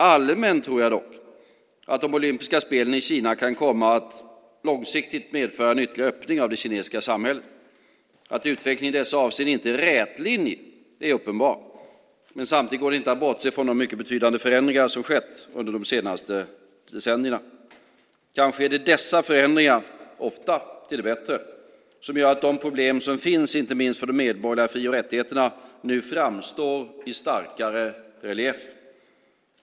Allmänt tror jag dock att de olympiska spelen i Kina långsiktigt kan komma att medföra en ytterligare öppning av det kinesiska samhället. Att utvecklingen i dessa avseenden inte är rätlinjig är uppenbart, men samtidigt går det inte att bortse från de mycket betydande förändringar som skett under de senaste decennierna. Kanske är det dessa förändringar - ofta till det bättre - som gör att de problem som finns inte minst för de medborgerliga fri och rättigheterna nu framstår i starkare relief.